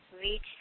reach